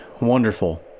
Wonderful